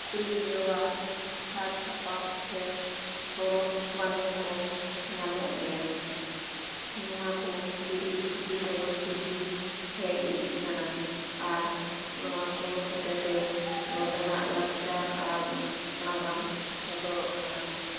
ᱠᱩᱲᱤ ᱜᱤᱫᱽᱨᱟᱹᱣᱟᱜ ᱥᱟᱡᱽ ᱥᱟᱯᱟᱵ ᱥᱮ ᱦᱚᱨᱚᱜ ᱵᱟᱸᱫᱮᱱ ᱠᱚ ᱧᱟᱢᱚᱜ ᱜᱮᱭᱟ ᱱᱚᱣᱟ ᱠᱚ ᱵᱤᱨᱤᱫ ᱯᱤᱲᱦᱤ ᱛᱟᱭᱚᱢ ᱯᱤᱲᱦᱤ ᱦᱮᱡ ᱤᱫᱤᱜ ᱠᱟᱱᱟ ᱟᱨ ᱱᱚᱣᱟ ᱠᱚ ᱦᱚᱛᱮ ᱛᱮ ᱱᱚᱰᱮᱱᱟᱜ ᱞᱟᱠᱪᱟᱨ ᱟᱨ ᱱᱟᱜᱟᱢ ᱥᱚᱫᱚᱨᱚᱜ ᱠᱟᱱᱟ